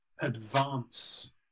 advance